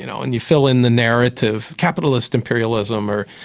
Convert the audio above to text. you know, and you fill in the narrative capitalist imperialism, or,